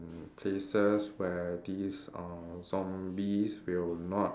in places where these uh zombies will not